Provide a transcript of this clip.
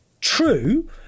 true